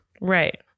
Right